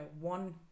one